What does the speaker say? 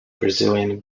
brazilian